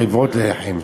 רעבות ללחם.